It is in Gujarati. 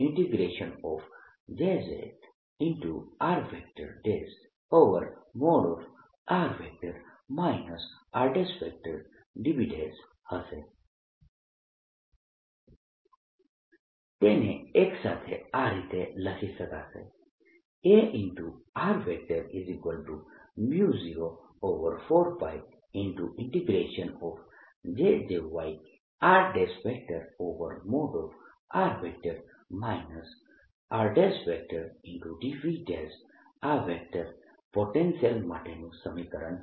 Axr04πJ xr|r r|dV Ayr04πJ yr|r r|dV Azr04πJ zr|r r|dV તેને એક સાથે આ રીતે લખી શકાશે Ar04πJyr|r r|dV આ વેક્ટર પોટેન્શિયલ માટેનું સમીકરણ છે